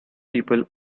people